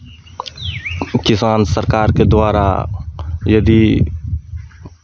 किसान सरकारके द्वारा यदि